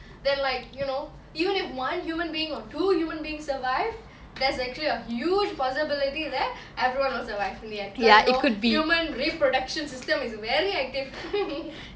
they are like you know even if one human being or two human beings survived that's actually a huge possibility that everyone will survive in the end cause you know human reproduction system is very active